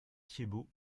thiebaut